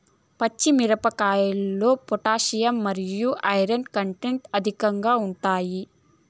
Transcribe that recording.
పచ్చి మిరపకాయల్లో పొటాషియం మరియు ఐరన్ కంటెంట్ అధికంగా ఉంటాయి